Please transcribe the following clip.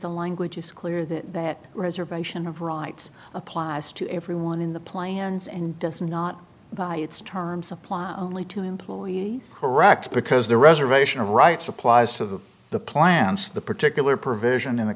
the language is clear that reservation of rights applies to everyone in the plans and does not by its terms apply only to employee correct because the reservation of rights applies to the the plants the particular provision in